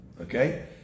okay